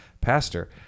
pastor